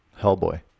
Hellboy